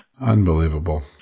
Unbelievable